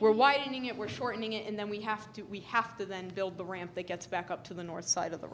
we're winding it we're shortening it and then we have to we have to then build the ramp that gets back up to the north side of the